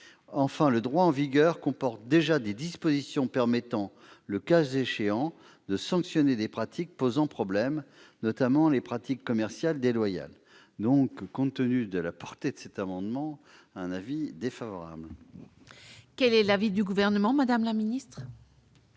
Enfin, le droit en vigueur comporte déjà des dispositions permettant, le cas échéant, de sanctionner des pratiques posant problème, notamment les pratiques commerciales déloyales. En conséquence, l'avis de la commission est défavorable. Quel est l'avis du Gouvernement ? Madame la sénatrice,